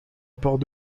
port